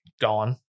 gone